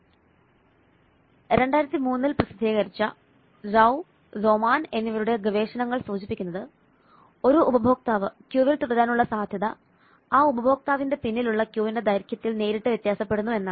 2003 ൽ പ്രസിദ്ധീകരിച്ച ജൌവു സോമാൻ എന്നിവരുടെ ഗവേഷണങ്ങൾ സൂചിപ്പിക്കുന്നത് ഒരു ഉപഭോക്താവ് ക്യൂവിൽ തുടരാനുള്ള സാധ്യത ആ ഉപഭോക്താവിന്റെ പിന്നിലുള്ള ക്യൂവിന്റെ ദൈർഘ്യത്തിൽ നേരിട്ട് വ്യത്യാസപ്പെടുന്നു എന്നാണ്